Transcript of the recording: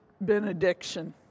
benediction